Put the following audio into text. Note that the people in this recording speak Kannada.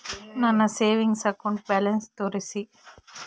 ನನ್ನ ಸೇವಿಂಗ್ಸ್ ಅಕೌಂಟ್ ಬ್ಯಾಲೆನ್ಸ್ ತೋರಿಸಿ?